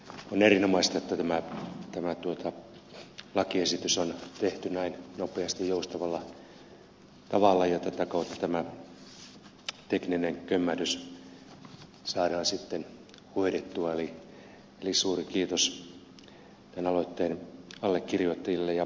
on erinomaista että tämä lakiesitys on tehty näin nopeasti joustavalla tavalla ja tätä kautta tämä tekninen kömmähdys saadaan hoidettua eli suuri kiitos tämän aloitteen allekirjoittajille ja tekijöille